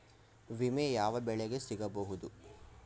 ವಿಮೆ ಯಾವ ಬೆಳೆಗೆ ಸಿಗಬಹುದು?